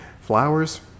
Flowers